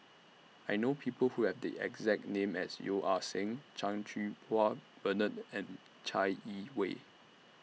I know People Who Have The exact name as Yeo Ah Seng Chan Cheng Wah Bernard and Chai Yee Wei